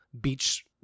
beach